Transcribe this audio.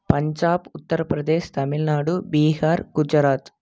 Punjab Uttar Pradesh Tamil Nadu Bihar Gujarat